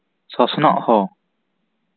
ᱥᱚᱥᱱᱚᱜ ᱦᱚᱸ